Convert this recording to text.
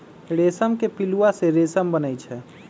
रेशम के पिलुआ से रेशम बनै छै